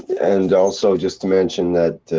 and also, just to mention that.